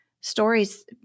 stories